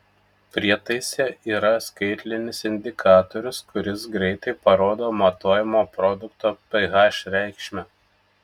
prietaise yra skaitlinis indikatorius kuris greitai parodo matuojamo produkto ph reikšmę